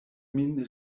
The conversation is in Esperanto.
min